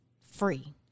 free